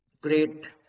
great